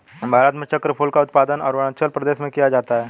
भारत में चक्रफूल का उत्पादन अरूणाचल प्रदेश में किया जाता है